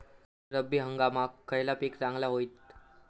रब्बी हंगामाक खयला पीक चांगला होईत?